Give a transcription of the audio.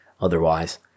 otherwise